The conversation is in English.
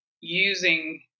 using